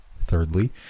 Thirdly